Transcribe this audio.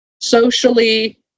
socially